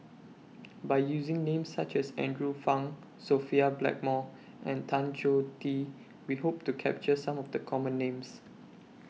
By using Names such as Andrew Phang Sophia Blackmore and Tan Choh Tee We Hope to capture Some of The Common Names